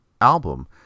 album